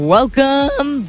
Welcome